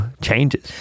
changes